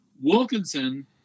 Wilkinson